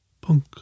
Punk